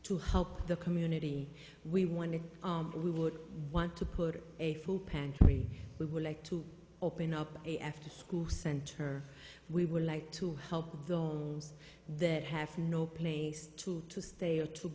to help the community we wanted we would want to put a food pantry we would like to open up a after school center we would like to help those that have no place to stay or to